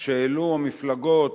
שהעלו המפלגות